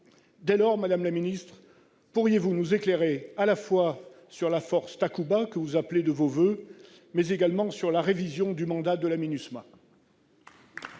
européens. Madame la ministre, pourriez-vous nous éclairer sur la force Takuba que vous appelez de vos voeux, mais également sur la révision du mandat de la Minusma